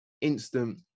instant